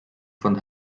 von